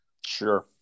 sure